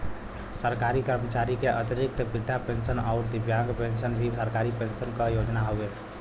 सरकारी कर्मचारी क अतिरिक्त वृद्धा पेंशन आउर दिव्यांग पेंशन भी सरकारी पेंशन क योजना हउवे